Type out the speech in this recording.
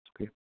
Okay